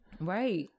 right